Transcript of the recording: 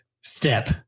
step